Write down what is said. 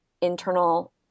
internal